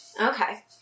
Okay